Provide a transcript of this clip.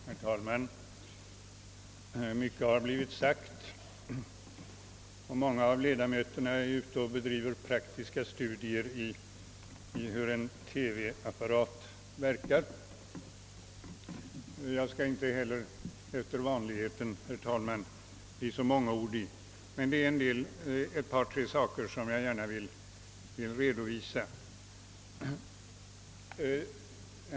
Herr talman! Mycket har blivit sagt här i dag, och många av ledamöterna är nu ute och bedriver praktiska studier i hur en TV-apparat verkar. Jag skall — efter vanligheten — inte heller bli mångordig. Men det är ett par tre saker som jag gärna vill redovisa.